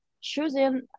choosing